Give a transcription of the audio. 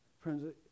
Friends